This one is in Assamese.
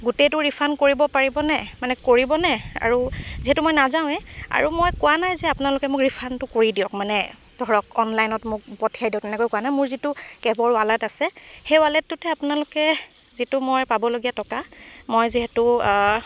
গোটেইটো ৰিফাণ্ড কৰিব পাৰিবনে মানে কৰিবনে আৰু যিহেতু মই নাযাওঁৱে আৰু মই কোৱা নাই যে আপোনালোকে মোক ৰিফাণ্ডটো কৰি দিয়ক মানে ধৰক অনলাইনত মোক পঠিয়াই দিয়ক তেনেকৈ কোৱা নাই মোৰ যিটো কেবৰ ৱালেট আছে সেই ৱালেটটোতহে আপোনালোকে যিটো মই পাবলগীয়া টকা মই যিহেতু